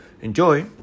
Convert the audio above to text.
Enjoy